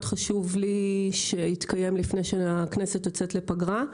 חשוב לי שיתקיים לפני שהכנסת יוצאת לפגרה.